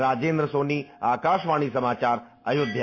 राजेन्द्र सोनी आकाशवाणी समाचार अयोध्या